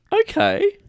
Okay